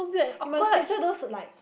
you must capture those like